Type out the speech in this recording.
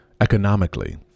economically